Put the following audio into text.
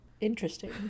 interesting